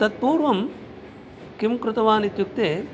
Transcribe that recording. तत् पूर्वं किं कृतवान् इत्युक्ते